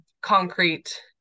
concrete